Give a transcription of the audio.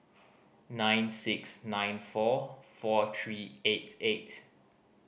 nine six nine four four three eight eight